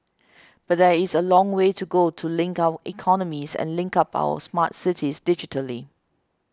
but there is a long way to go to link our economies and link up our smart cities digitally